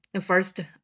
first